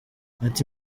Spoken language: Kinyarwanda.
ati